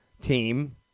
team